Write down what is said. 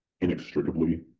inextricably